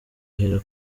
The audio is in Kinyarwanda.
ihera